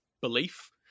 belief